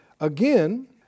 Again